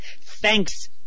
Thanks